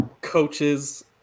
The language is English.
coaches